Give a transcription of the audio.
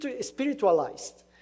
spiritualized